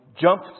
jump